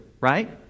right